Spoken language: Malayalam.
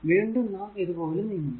വീണ്ടും നാം ഇത്പോലെ നീങ്ങുന്നു